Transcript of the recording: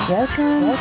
Welcome